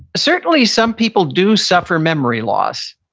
certainly some people do suffer memory loss,